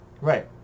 Right